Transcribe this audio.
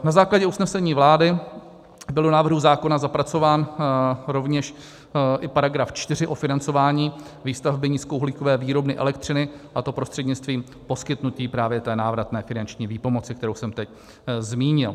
Na základě usnesení vlády byl do návrhu zákona zapracován rovněž i § 4 o financování výstavby nízkouhlíkové výrobny elektřiny, a to prostřednictvím poskytnutí právě té návratné finanční výpomoci, kterou jsem teď zmínil.